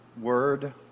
word